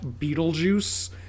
Beetlejuice